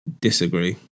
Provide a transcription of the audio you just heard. disagree